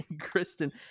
Kristen